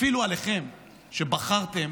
אפילו עליכם, שבחרתם